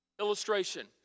Illustration